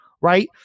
right